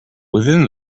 within